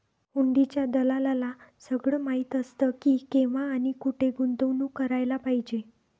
हुंडीच्या दलालाला सगळं माहीत असतं की, केव्हा आणि कुठे गुंतवणूक करायला पाहिजे